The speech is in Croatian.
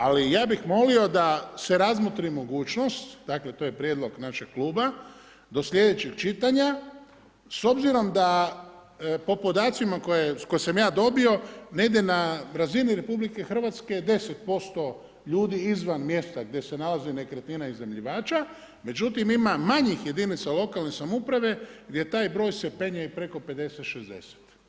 Ali aj bih molio da se razmotri mogućnost, dakle to je prijedlog našeg kluba, do slijedećeg čitanja s obzirom da po podacima koje sam ja dobio, ne ide na razinu RH 10% ljudi izvan mjesta gdje se nalazi nekretnina iznajmljivača, međutim ima manjih jedinica lokalne samouprave gdje taj broj se penje i preko 50, 60.